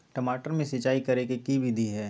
टमाटर में सिचाई करे के की विधि हई?